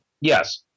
yes